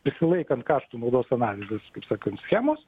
prisilaikant kaštų naudos analizės kaip sakant schemos